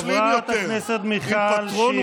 חברי הכנסת, קם כאן דור חדש של ישראלים, שלא מפחד.